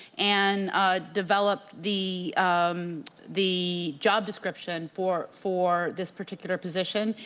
and develop the um the job discussion, for for this particular position,